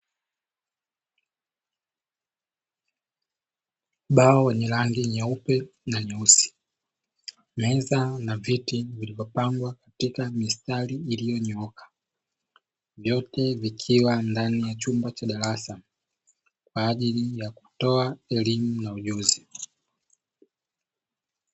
Ubao wenye rangi nyeupe na nyeusi, meza na viti vilivyopangwa katika mistari iliyonyooka vyote vikiwa ndani ya chumba cha darasa kwa ajili ya kutoa elimu na ujuzi.